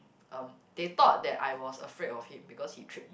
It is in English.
um they thought that I was afraid of him because he trip